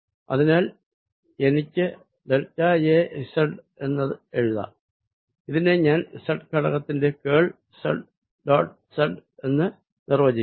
അതിനാൽ എനിക്ക് ഇതിനെ ഡെൽറ്റ a z എന്ന് എഴുതാം ഇതിനെ ഞാൻ E z ഘടകത്തിന്റെ കേൾ z ഡോട്ട് z എന്ന് നിർവചിക്കുന്നു